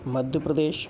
Madhya Pradesh